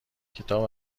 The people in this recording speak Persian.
کتاب